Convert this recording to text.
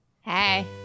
hey